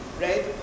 right